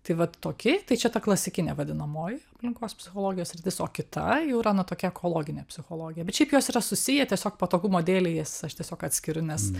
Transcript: tai vat toki tai čia ta klasikinė vadinamoji aplinkos psichologijos sritis o kita jau yra na tokia ekologinė psichologija bet šiaip jos yra susiję tiesiog patogumo dėlei jis aš tiesiog atskiriu nes